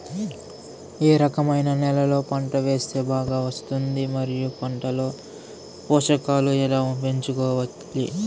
ఏ రకమైన నేలలో పంట వేస్తే బాగా వస్తుంది? మరియు పంట లో పోషకాలు ఎలా పెంచుకోవాలి?